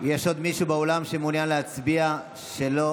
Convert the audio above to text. יש עוד מישהו באולם שמעוניין להצביע, שלא